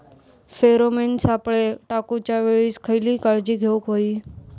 Pheromone सापळे टाकूच्या वेळी खयली काळजी घेवूक व्हयी?